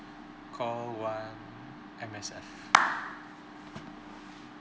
call one M_S_F